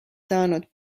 saanud